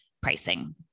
pricing